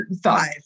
105